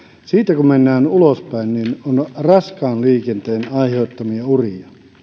siitä kun mennään ulospäin niin on raskaan liikenteen aiheuttamia uria